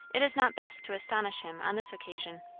it is not best to astonish him on this occasion.